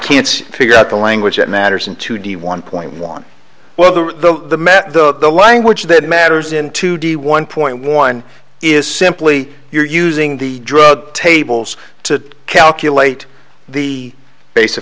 can't figure out the language that matters in two d one point one well the the met the language that matters in two d one point one is simply you're using the drug tables to calculate the base